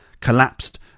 Collapsed